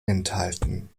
enthalten